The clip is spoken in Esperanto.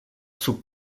sub